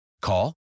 Call